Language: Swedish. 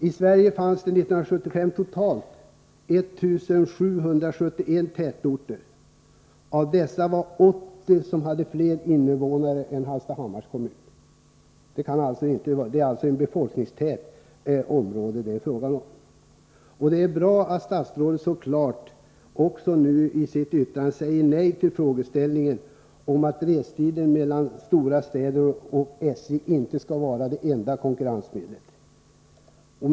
I Sverige fanns det 1975 totalt 1771 tätorter. Av dessa var det 80 som hade fler invånare än Hallstahammars kommun. Det är alltså fråga om ett tätbefolkat område. Det är bra att statsrådet i svaret så klart slår fast, att SJ inte bara ”skall konkurrera med restiden mellan de större orterna” som argument.